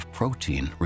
protein